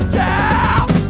town